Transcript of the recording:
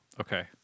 Okay